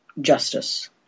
justice